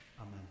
Amen